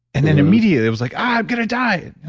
and then immediately it was like, ah, i'm going to die.